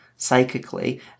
psychically